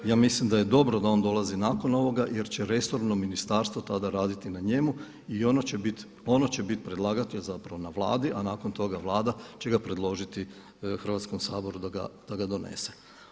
Ja mislim da je dobro da on dolazi nakon ovoga, jer će resorno ministarstvo tada raditi na njemu i ono će biti predlagatelj zapravo na Vladi, a nakon toga Vlada će ga predložiti Hrvatskom saboru da ga donese.